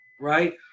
right